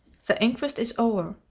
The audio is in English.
the inquest is over.